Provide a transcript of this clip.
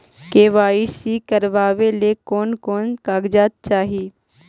KYC करावे ले कोन कोन कागजात चाही?